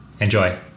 Enjoy